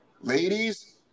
Ladies